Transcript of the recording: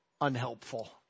unhelpful